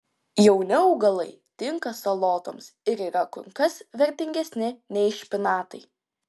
jauni augalai tinka salotoms ir yra kur kas vertingesni nei špinatai